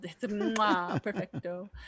perfecto